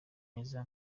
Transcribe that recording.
myiza